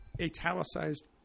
italicized